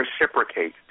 reciprocate